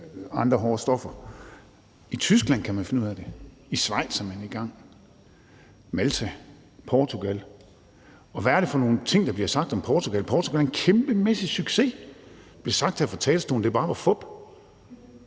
andre, hårde stoffer. I Tyskland kan man finde ud af det, i Schweiz er man i gang, og det samme gælder Malta og Portugal. Og hvad er det for nogle ting, der bliver sagt om Portugal? Portugal er en kæmpemæssig succes. Det blev sagt her fra talerstolen, at det bare var fup.